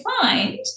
find